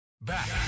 Back